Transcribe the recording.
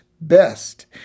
best